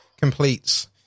completes